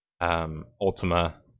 Ultima